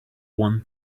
one